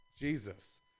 Jesus